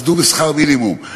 עבדו בשכר מינימום,